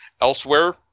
elsewhere